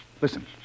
Listen